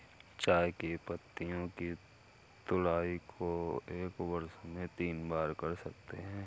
चाय की पत्तियों की तुड़ाई को एक वर्ष में तीन बार कर सकते है